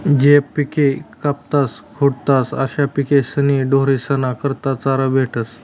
ज्या पिके कापातस खुडातस अशा पिकेस्पाशीन ढोरेस्ना करता चारा भेटस